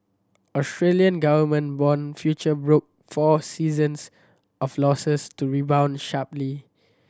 Australian government bond future broke four sessions of losses to rebound sharply